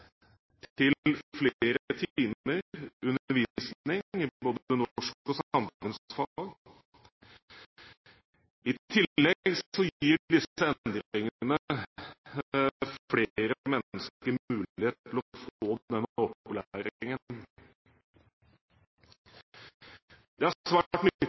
til flere timer undervisning i både norsk og samfunnsfag. I tillegg gir disse endringene flere mennesker mulighet til å få denne